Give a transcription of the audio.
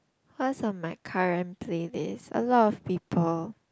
cause on my current playlist a lot of people